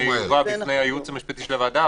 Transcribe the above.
הוא יובא בפני הייעוץ המשפטי של הוועדה,